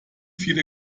viele